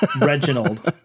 Reginald